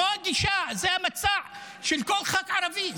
זו הגישה, זה המצע של כל ח"כ ערבי.